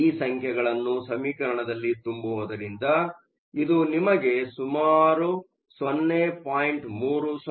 ಈ ಸಂಖ್ಯೆಗಳನ್ನು ಸಮೀಕರಣದಲ್ಲಿ ತುಂಬುವುದರಿಂದ ಇದು ನಿಮಗೆ ಸುಮಾರು 0